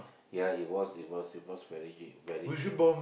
ya it was it was it was very u~ very cheap